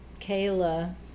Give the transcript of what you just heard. Kayla